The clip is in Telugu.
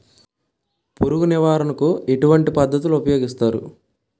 పురుగు నివారణ కు ఎటువంటి పద్ధతులు ఊపయోగిస్తారు?